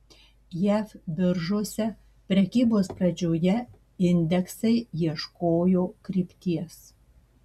jav biržose prekybos pradžioje indeksai ieškojo krypties